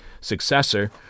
successor